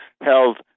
held